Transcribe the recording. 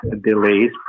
delays